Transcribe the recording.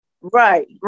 Right